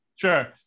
Sure